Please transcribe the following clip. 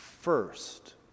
first